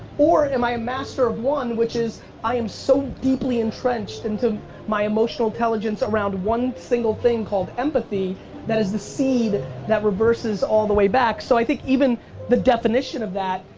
or am i a master of one which is i am so deeply entrenched into my emotional intelligence around one single thing called empathy that is the seed that reverses all the way back. so i think even the definition of that,